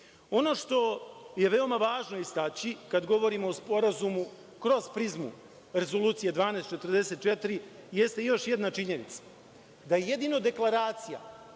što je veoma važno istaći, kada govorimo o sporazumu kroz prizmu Rezolucije 1244, jeste još jedna činjenica, da je jedino Deklaracija